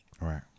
Right